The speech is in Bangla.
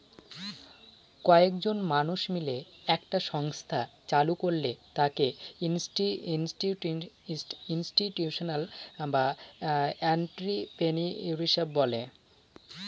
কয়েকজন মানুষ মিলে একটা সংস্থা চালু করলে তাকে ইনস্টিটিউশনাল এন্ট্রিপ্রেনিউরশিপ বলে